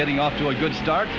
getting off to a good start